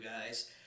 guys